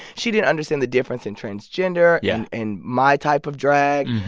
she didn't understand the difference in transgender yeah and my type of drag.